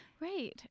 Right